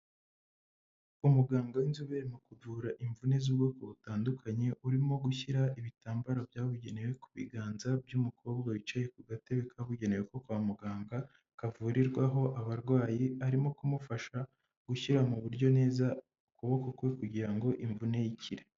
Umuganga w'inzobere mu kuvura imvune z'ubwoko butandukanye urimo gushyira ibitambaro byabugenewe ku biganza by'umukobwa wicaye ku gatebe kabugenewe ko kwa muganga kavurirwaho abarwayi arimo kumufasha gushyira mu buryo neza ukuboko kwe kugira ngo imvune ye ikire.